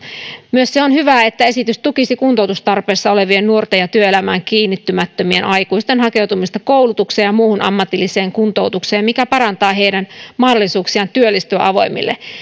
myös se on hyvä että esitys tukisi kuntoutustarpeessa olevien nuorten ja työelämään kiinnittymättömien aikuisten hakeutumista koulutukseen ja muuhun ammatilliseen kuntoutukseen mikä parantaa heidän mahdollisuuksiaan työllistyä avoimille